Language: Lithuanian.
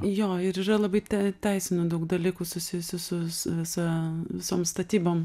jo ir yra labai te teisinių daug dalykų susijusių su visa visom statybom